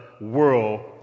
world